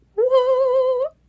whoa